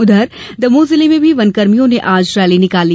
उधर दमोह जिले में भी वनकर्मियों ने आज रैली निकाली